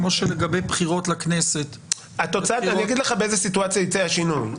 כמו שלגבי בחירות לכנסת --- אגיד לך באיזו סיטואציה יצא השינוי.